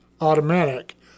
automatic